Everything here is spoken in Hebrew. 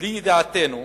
בלא ידיעתנו,